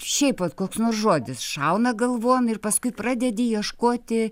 šiaip vat koks nors žodis šauna galvon ir paskui pradedi ieškoti